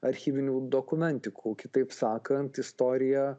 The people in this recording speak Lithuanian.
archyvinių dokumentikų kitaip sakant istorija